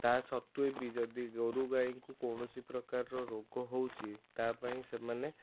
ତା ସତ୍ତ୍ଵେ ବି ଯଦି ଗୋରୁଗାଈଙ୍କୁ କୌଣସି ପ୍ରକାରର ରୋଗ ହଉଛି ତା' ପାଇଁ ସେମାନେ